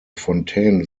fontaine